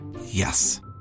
Yes